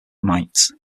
mites